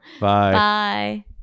bye